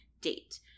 date